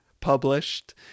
published